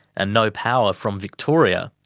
and no power from victoria,